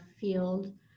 field